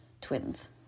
twins